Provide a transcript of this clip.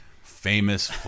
famous